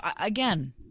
again